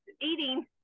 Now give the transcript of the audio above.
eating